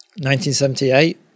1978